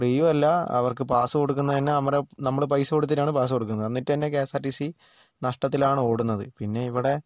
ഫ്രീയുമല്ല അവർക്ക് പാസ്സ് കൊടുക്കുന്നത് തന്നെ നമ്മൾ പൈസ കൊടുത്തിട്ടാണ് പാസ്സ് കൊടുക്കുന്നത് എന്നിട്ടുതന്നെ K S R T C നഷ്ടത്തിലാണ് ഓടുന്നത് പിന്നെ ഇവിടെ